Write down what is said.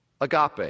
agape